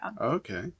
Okay